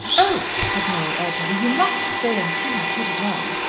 oh, said noel urgently. you must stay and see her put it on.